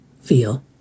feel